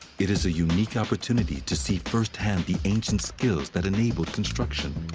it is a unique opportunity to see firsthand the ancient skills that enabled construction.